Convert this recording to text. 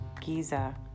Giza